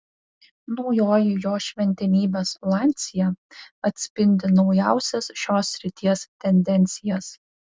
naujoji jo šventenybės lancia atspindi naujausias šios srities tendencijas